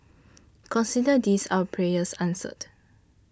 consider this our prayers answered